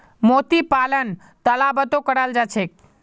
मोती पालन तालाबतो कराल जा छेक